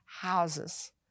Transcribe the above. Houses